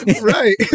right